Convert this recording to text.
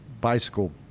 bicycle